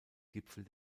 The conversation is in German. gipfel